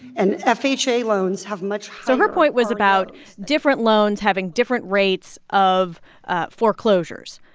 and ah fha loans have much. so her point was about different loans having different rates of foreclosures.